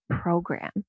program